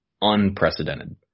unprecedented